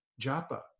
japa